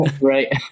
Right